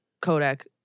Kodak